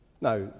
Now